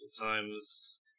times